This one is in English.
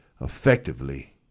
effectively